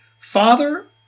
Father